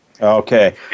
Okay